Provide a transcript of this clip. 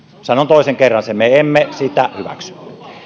sanon toisen kerran sen me emme sitä hyväksy